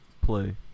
Play